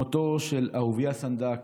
מותו של אהוביה סנדק,